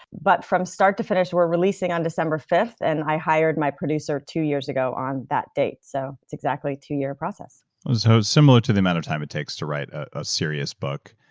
but from start to finish. we're releasing on december fifth, and i hired my producer two years ago on that date, so it's exactly a two year process so similar to the amount of time it takes to write a serious book.